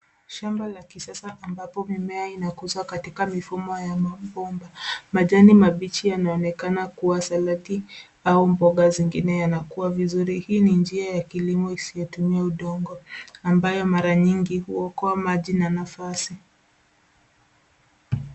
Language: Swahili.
Shsmba la kisasa ambapo mimea inakuzwa katika mifumo ya mabomba. Majani mabichi yanaonekana kuwa saladi au mboga zingine. Yanakua vizuri, hii ni njia ya kilimo isiyotumia mara nyingi huokoa maji na nafasi.